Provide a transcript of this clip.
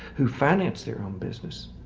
who finance their own business.